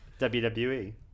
WWE